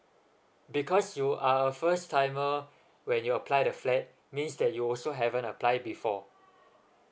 because you are a first timer when you apply the flat means that you also haven't apply it before